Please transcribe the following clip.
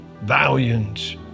valiant